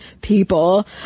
people